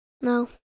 No